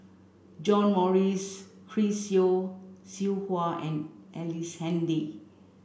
John Morrice Chris Yeo Siew Hua and Ellice Handy